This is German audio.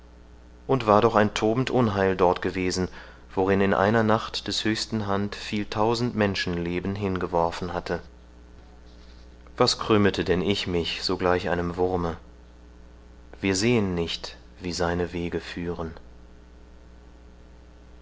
und war doch ein tobend unheil dort gewesen worin in einer nacht des höchsten hand viel tausend menschenleben hingeworfen hatte was krümmete denn ich mich so gleich einem wurme wir sehen nicht wie seine wege führen